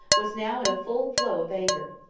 was now in a full flow of anger.